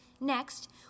Next